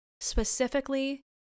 Specifically